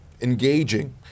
engaging